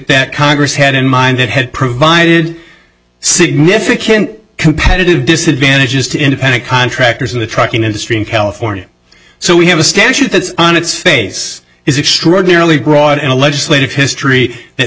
that congress had in mind that had provided significant competitive disadvantage is to independent contractors in the trucking industry in california so we have a statute that's on its face is extraordinarily broad and a legislative history that